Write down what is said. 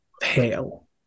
pale